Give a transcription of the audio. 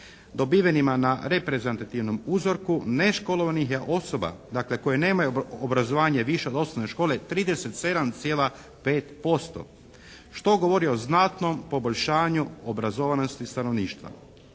dobivenima na reprezentativnom uzorku neškolovanih je osoba koje nemaju obrazovanje više od osnovne škole 37,5%, što govori o znatnom poboljšanju obrazovanosti stanovništva.